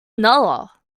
another